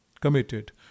committed